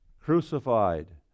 crucified